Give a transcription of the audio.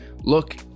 look